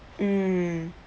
mm